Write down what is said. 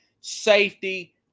safety